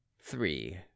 three